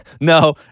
No